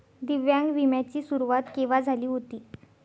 दिव्यांग विम्या ची सुरुवात केव्हा झाली होती?